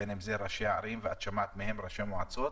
בין אם זה ראשי ערים וראשי מועצות